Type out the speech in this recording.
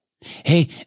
Hey